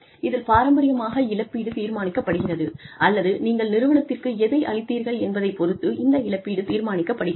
இதில் பாரம்பரியமாக இழப்பீடு தீர்மானிக்கப்படுகிறது அல்லது நீங்கள் நிறுவனத்திற்கு எதை அளித்தீர்கள் என்பதைப் பொறுத்து இந்த இழப்பீடு தீர்மானிக்கப்படுகிறது